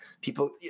people